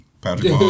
Patrick